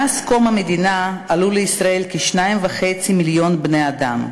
מאז קום המדינה עלו לישראל כ-2.5 מיליון בני-אדם.